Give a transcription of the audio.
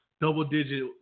double-digit